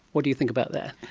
what do you think about that?